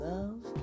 Love